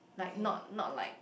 like not not like